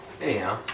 Anyhow